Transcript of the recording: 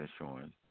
insurance